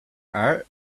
are